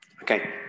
Okay